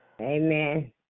Amen